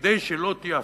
שכדי שלא תהיה אבטלה,